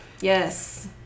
yes